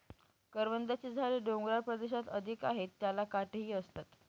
करवंदाची झाडे डोंगराळ प्रदेशात अधिक आहेत व त्याला काटेही असतात